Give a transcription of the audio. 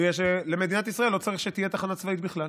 בגלל שלמדינת ישראל לא צריך שתהיה תחנה צבאית בכלל,